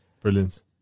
Brilliant